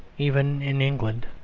even in england,